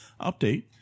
update